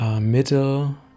Middle